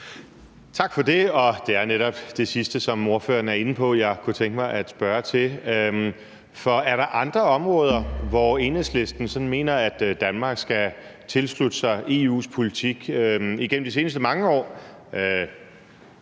Tak for det, og det er netop det sidste, som ordføreren er inde på, som jeg kunne tænke mig at spørge til. For er der andre områder, hvor Enhedslisten sådan mener, at Danmark skal tilslutte sig EU's politik? Igennem de seneste rigtig